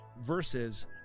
versus